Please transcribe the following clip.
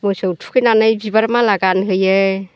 मोसौ थुखैनानै बिबार माला गानहोयो